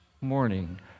morning